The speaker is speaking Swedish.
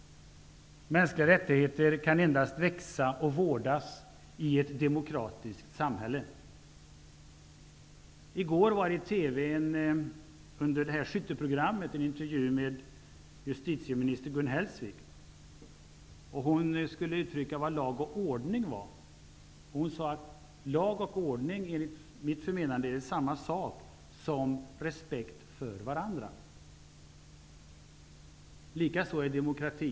Mänskliga rättigheter kan endast växa och vårdas i ett demokratiskt samhälle. I går var det i Skytte-programmet en intervju med justitieminister Gun Hellsvik. Hon skulle uttrycka vad lag och ordning var. Hon sade att lag och ordning enligt hennes förmenande är samma sak som respekt för varandra. På samma sätt är det med demokrati.